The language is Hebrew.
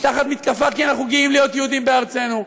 תחת מתקפה שאנחנו גאים להיות יהודים בארצנו.